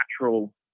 natural